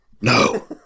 No